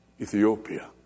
Ethiopia